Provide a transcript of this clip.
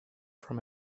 from